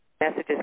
messages